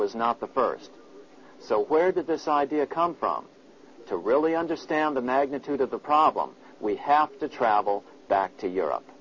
was not the first so where does this idea come from to really understand the magnitude of the problem we have to travel back to